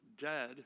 dead